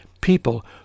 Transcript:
People